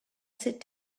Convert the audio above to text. sit